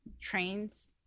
trains